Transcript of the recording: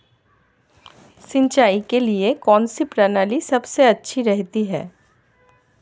सिंचाई के लिए कौनसी प्रणाली सबसे अच्छी रहती है?